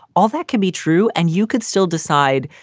all that can be true. and you could still decide,